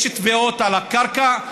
יש תביעות על הקרקע,